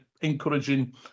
encouraging